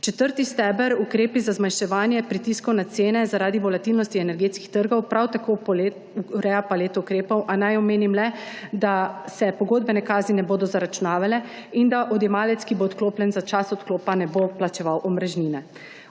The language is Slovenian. Četrti steber, ukrepi za zmanjševanje pritiskov na cene zaradi volatilnosti energetskih trgov, prav tako ureja paket ukrepov, a naj omenim le, da se pogodbene kazni ne bodo zaračunavale in da odjemalec, ki bo odklopljen, za čas odklopa ne bo plačeval omrežnine.